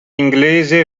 inglese